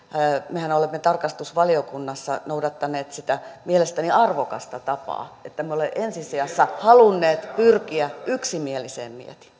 mehän olemme tarkastusvaliokunnassa noudattaneet sitä mielestäni arvokasta tapaa että me olemme ensi sijassa halunneet pyrkiä yksimieliseen